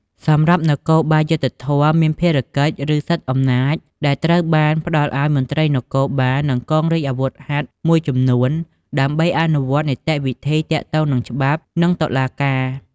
សម្រាប់់នគរបាលយុត្តិធម៌ មានភារកិច្ច ឬសិទ្ធិអំណាច ដែលត្រូវបានផ្ដល់ឱ្យមន្ត្រីនគរបាល និងកងរាជអាវុធហត្ថមួយចំនួន ដើម្បីអនុវត្តនីតិវិធីទាក់ទងនឹងច្បាប់ និងតុលាការ។